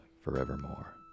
forevermore